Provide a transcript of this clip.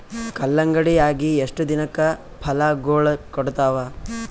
ಕಲ್ಲಂಗಡಿ ಅಗಿ ಎಷ್ಟ ದಿನಕ ಫಲಾಗೋಳ ಕೊಡತಾವ?